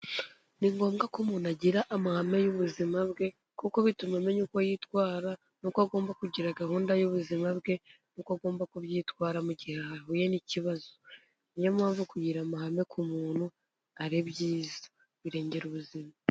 Ni ngombwa ko umuntu agira amahame y'ubuzima bwe kuko bituma amenya uko yitwara n'uko agomba kugira gahunda y'ubuzima bwe, n'uko agomba kubyitwaramo mu gihe ahuye n'ikibazo, niyo mpamvu kugira amahame ku muntu ari byiza birengera ubuzima.